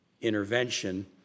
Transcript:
intervention